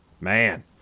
Man